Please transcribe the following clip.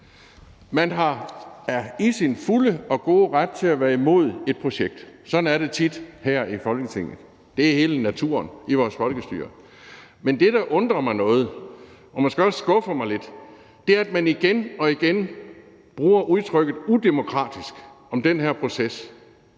Man er i sin fulde og gode ret til at være imod et projekt. Sådan er det tit her i Folketinget. Det er hele naturen i vores folkestyre. Men det, der undrer mig noget og måske også skuffer mig lidt, er, at man igen og igen bruger udtrykket udemokratisk om den her proces